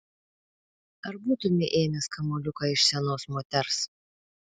ar būtumei ėmęs kamuoliuką iš senos moters